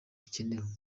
bikenewe